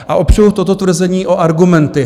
A opřu toto tvrzení o argumenty.